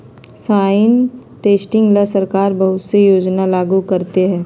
soil testing ला सरकार बहुत से योजना लागू करते हई